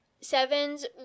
sevens